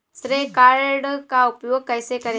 श्रेय कार्ड का उपयोग कैसे करें?